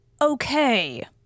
okay